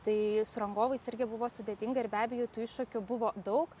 tai su rangovais irgi buvo sudėtinga ir be abejo tų iššūkių buvo daug